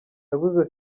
yabuze